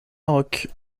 maroc